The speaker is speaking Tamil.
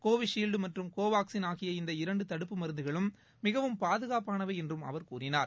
கோவிஷீல்டு மற்றும் கோவாக்ஸின் ஆகிய இந்த இரண்டு தடுப்பு மருந்துகளும் மிகவும் பாதுகாப்பானவை என்றும் அவர் கூறினார்